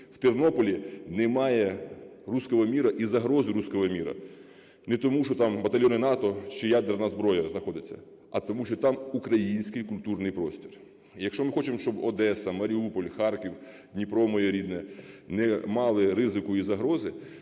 В Тернополі немає "русского мира" і загрози "русского мира". Не тому, що там батальйони НАТО чи ядерна зброя знаходиться, а тому, що там український культурний простір. Якщо ми хочемо, щоб Одеса, Маріуполь, Харків, Дніпро моє рідне не мали ризику і загрози,